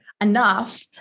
enough